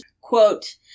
quote